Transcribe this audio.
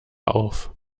auf